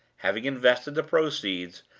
having invested the proceeds,